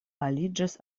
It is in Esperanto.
aliĝis